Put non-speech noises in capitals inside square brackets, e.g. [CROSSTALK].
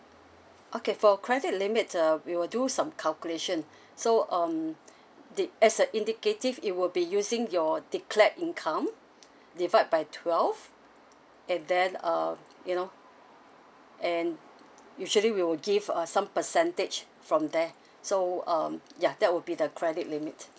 okay for credit limits uh we will do some calculations [BREATH] so um [BREATH] did as a indicative it will be using your declared income [BREATH] divide by twelve and then uh you know and usually we will give a some percentage from there [BREATH] so um ya that will be the credit limit